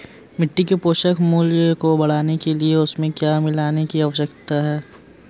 मिट्टी के पोषक मूल्य को बढ़ाने के लिए उसमें क्या मिलाने की आवश्यकता है?